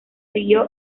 siguió